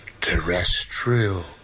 Terrestrial